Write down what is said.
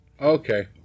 Okay